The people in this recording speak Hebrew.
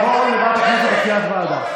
היא תעבור לוועדת הכנסת לקביעת ועדה.